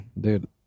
Dude